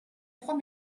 trois